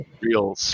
Real